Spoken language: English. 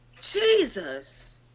Jesus